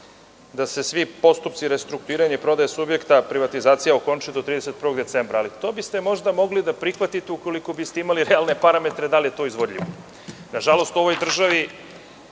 da se svi postupci restrukturiraju i prodaje subjekta privatizacije okončaju do 31. decembra, ali to biste možda mogli da prihvatite ukoliko biste imali realne parametre da li je to izvodljivo. Nažalost, u ovoj državi